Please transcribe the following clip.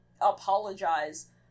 apologize